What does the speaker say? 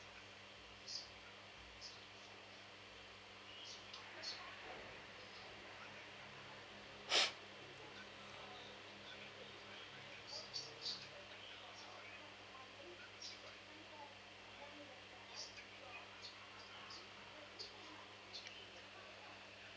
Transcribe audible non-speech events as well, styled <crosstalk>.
<breath>